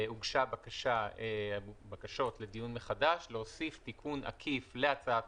הוגשו בקשות לדיון מחדש להוסיף תיקון עקיף להצעת